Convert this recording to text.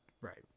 Right